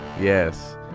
Yes